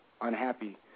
unhappy